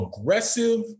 aggressive